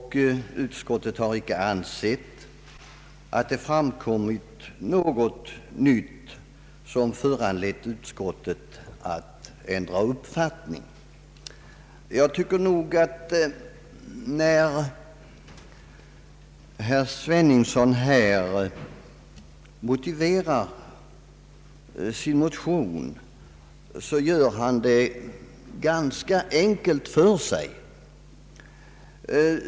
Utskottet har inte ansett att det framkommit något nytt som föranlett utskottet att ändra uppfattning. Jag tycker nog att herr Sveningsson gör det ganska enkelt för sig när han motiverar sin motion.